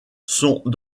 sont